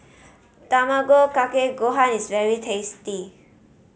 Tamago Kake Gohan is very tasty